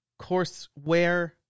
courseware